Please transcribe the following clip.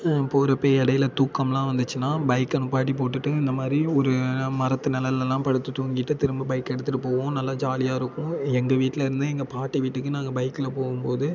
போகிறப்ப இடையில் தூக்கம்லாம் வந்துச்சுன்னா பைக்கை நிப்பாட்டி போட்டுட்டு இந்தமாதிரி ஒரு மரத்து நெழல்லலாம் படுத்து தூங்கிட்டு திரும்ப பைக்கை எடுத்துட்டு போவோம் நல்லா ஜாலியாக இருக்கும் எங்கள் வீட்லேருந்து எங்கள் பாட்டி வீட்டுக்கு நாங்கள் பைக்கில் போகும்போது